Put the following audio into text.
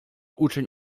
uczeń